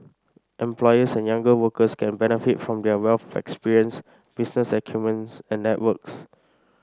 employers and younger workers can benefit from their wealth of experience business acumen's and networks